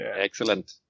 Excellent